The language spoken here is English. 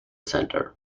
center